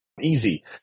easy